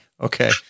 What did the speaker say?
Okay